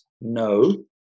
No